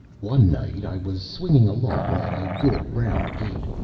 one night i was swinging along at a good round gait,